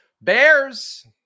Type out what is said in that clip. Bears